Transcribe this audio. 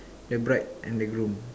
the bride and the groom